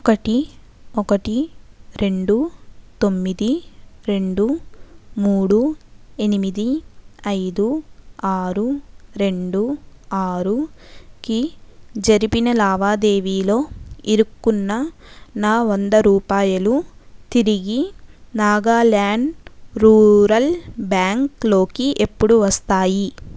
ఒకటి ఒకటి రెండు తొమ్మిది రెండు మూడు ఎనిమిది ఐదు ఆరు రెండు ఆరుకి జరిపిన లావాదేవీలో ఇరుక్కున్న నా వంద రూపాయలు తిరిగి నాగాల్యాండ్ రూరల్ బ్యాంక్లోకి ఎప్పుడు వస్తాయి